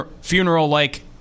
funeral-like